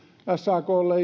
saklle